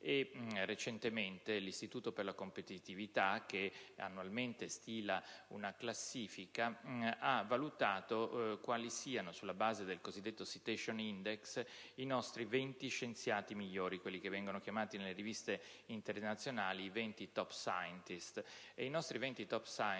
Recentemente l'Istituto per la competitività, che annualmente stila una classifica, ha valutato quali siano, sulla base del cosiddetto *citation index*, i nostri 20 scienziati migliori, quelli che vengono chiamati nelle riviste internazionali i 20 *top scientists*. I nostri 20 *top scientists*